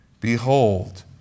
Behold